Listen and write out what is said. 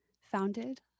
Founded